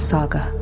Saga